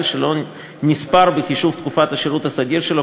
שלא נספר בחישוב תקופת השירות הסדיר שלו,